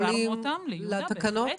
העברנו אותן ליהודה, בהחלט.